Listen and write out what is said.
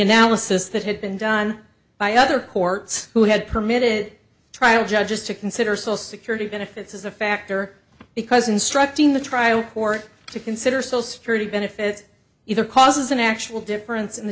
analysis that had been done by other courts who had permitted trial judges to consider so security benefits as a factor because instructing the trial court to consider so security benefit either causes an actual difference in the